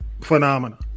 phenomena